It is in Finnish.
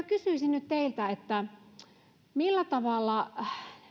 kysyisin nyt teiltä millä tavalla